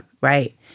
right